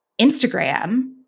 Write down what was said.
Instagram